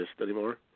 anymore